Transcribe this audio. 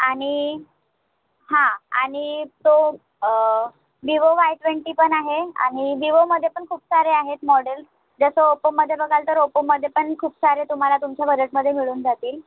आणि हां आणि तो विवो वाय ट्वेंटी पण आहे आणि विवोमध्ये पण खूप सारे आहेत मॉडेल्स जसं ओप्पोमध्ये बघाल तर ओप्पोमध्ये पण खूप सारे तुम्हाला तुमच्या बजेटमध्ये मिळून जातील